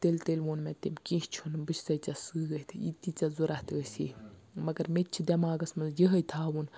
تیٚلہِ تیٚلہِ ووٚن مےٚ تٔمۍ کیٚنٛہہ چھُنہٕ بہٕ چھسے ژےٚ سۭتۍ یہِ تہِ ژےٚ ضوٚرَتھ آسی مگر مےٚ تہِ چھِ دٮ۪ماغس مَنز یِہٕے تھاوُن